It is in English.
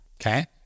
okay